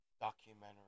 documentary